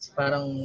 parang